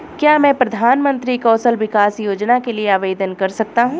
क्या मैं प्रधानमंत्री कौशल विकास योजना के लिए आवेदन कर सकता हूँ?